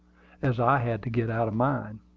as i had to get out of mine.